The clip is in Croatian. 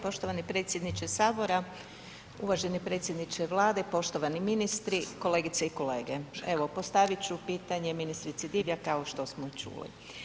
Poštovani predsjedniče HS, uvaženi predsjedniče Vlade, poštovani ministri, kolegice i kolege, evo postavit ću pitanje ministrici Divjak kao što smo i čuli.